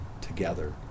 together